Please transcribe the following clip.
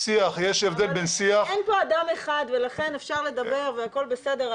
אבל אין פה אדם אחד ולכן אפשר לדבר והכול בסדר.